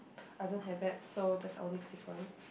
I don't have that so that's our next different